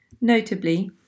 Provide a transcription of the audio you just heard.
Notably